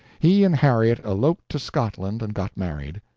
he and harriet eloped to scotland and got married.